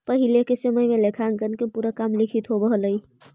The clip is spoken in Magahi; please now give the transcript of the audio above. पहिले के समय में लेखांकन के पूरा काम लिखित होवऽ हलइ